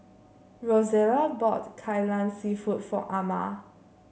Rosella bought Kai Lan seafood for Ama